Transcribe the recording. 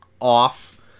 off